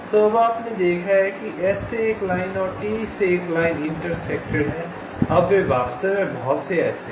तो अब आपने देखा है कि S से एक लाइन और T से एक लाइन इंटरसेक्टेड है अब वे वास्तव में बहुत से ऐसे हैं